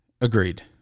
Agreed